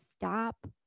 stop